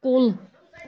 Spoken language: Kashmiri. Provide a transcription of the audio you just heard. کُل